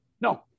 no